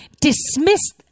dismissed